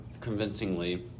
convincingly